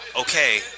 okay